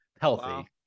healthy